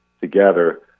together